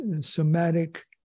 somatic